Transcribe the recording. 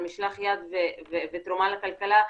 על משלח יד ותרומה לכלכלה,